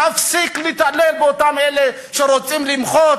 תפסיק להתעלל באותם אלה שרוצים למחות